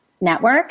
network